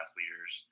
leaders